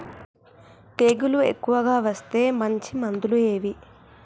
తెగులు ఎక్కువగా వస్తే మంచి మందులు ఏవి?